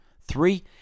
Three